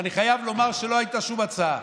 ואני חייב לומר שלא הייתה שום הצעה.